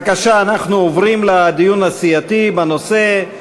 בבקשה, אנחנו עוברים לדיון הסיעתי בנושא.